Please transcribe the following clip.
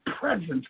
presence